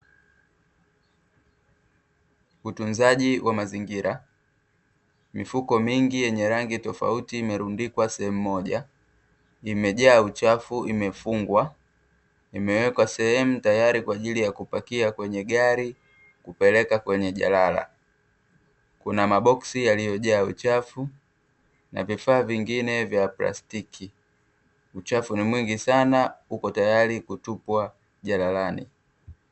Utunzaji wa mazingira mifuko mingi yenye rangi tofauti imerundikwa sehemu moja imejaa uchafu imefungwa imewekwa sehemu tayari kwa ajili ya kupakia kwenye gari kupeleka kwenye jalala, kuna maboksi yaliyojaa uchafu na vifaa vingine vya plastiki, uchafu ni mwingi sana uko tayari kutupwa jalalani.